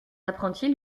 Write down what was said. apprentis